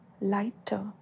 lighter